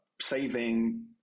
saving